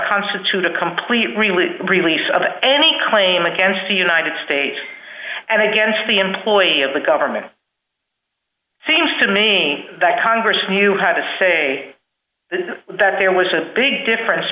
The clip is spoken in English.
constitute a complete really release of any claim against the united states and against the employee of the government seems to me that congress knew how to say that there was a big difference